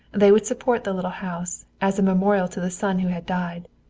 they would support the little house, as a memorial to the son who had died.